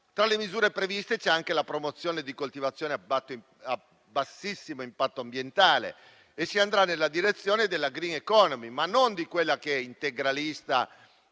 Tra le misure previste c'è anche la promozione di coltivazioni a bassissimo impatto ambientale e si andrà nella direzione della *green economy*, ma non quella integralista